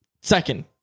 second